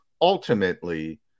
Ultimately